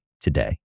today